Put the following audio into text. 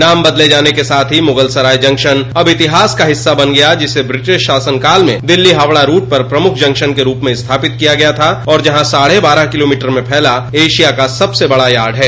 नाम बदले जाने के साथ ही मुगल सराय स्टेशन अब इतिहास का हिस्सा बन गया जिसे ब्रिटिश शासनकाल में दिल्ली हावड़ा रूट पर प्रमुख जंक्शन के रूप में स्थापित किया गया था जहां साढ़े बारह किलोमीटर में फैला एशिया का सबसे बड़ा यार्ड है